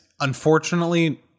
unfortunately